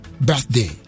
birthday